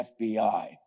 FBI